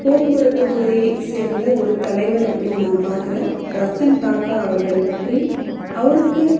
போக்குவரத்துத்துறையைச் சேர்ந்த ஒரு தலைவர் அப்படின்னு நான் பார்க்கறேன் ரத்தன் டாட்டா அவர்களைப் பற்றி அவருக்கு